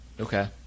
Okay